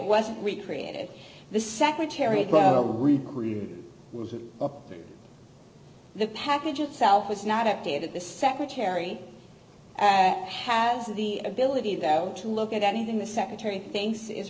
wasn't recreated the secretary was in the package itself was not updated the secretary has the ability that to look at anything the secretary thinks is